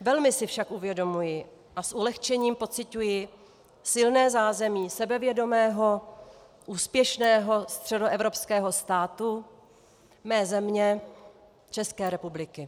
Velmi si však uvědomuji a s ulehčením pociťuji silné zázemí sebevědomého, úspěšného středoevropského státu, mé země, České republiky.